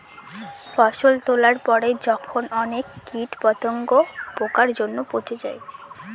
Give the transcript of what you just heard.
ফসল তোলার পরে যখন অনেক কীট পতঙ্গ, পোকার জন্য পচে যায়